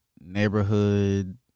neighborhood